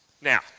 Now